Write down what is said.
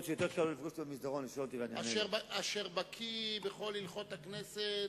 אשר בקי בכל הלכות הכנסת,